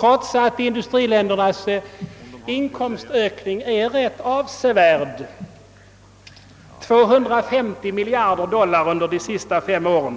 trots att dessa länders inkomstök ning är tämligen avsevärd — 250 miljarder dollar under de senaste fem åren.